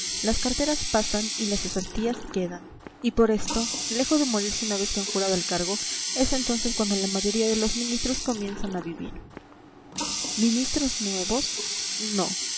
las carteras pasan y las cesantías quedan y por esto lejos de morirse una vez que han jurado el cargo es entonces cuando la mayoría de los ministros comienzan a vivir ministros nuevos no